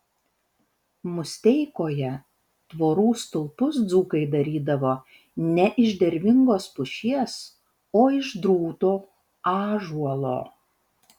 musteikoje tvorų stulpus dzūkai darydavo ne iš dervingos pušies o iš drūto ąžuolo